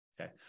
Okay